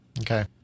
Okay